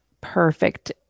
perfect